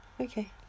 Okay